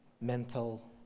mental